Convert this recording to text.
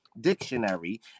dictionary